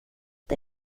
det